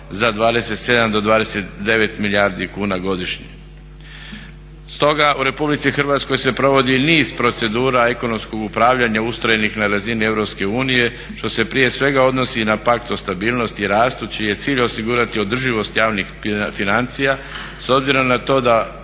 Stoga u RH se provodi niz procedura ekonomskog upravljanja ustrojenih na razini EU što se prije svega odnosi na Pakt o stabilnosti i rastu čiji je cilj osigurati održivost javnih financija s obzirom na to da